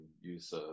use